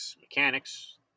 mechanics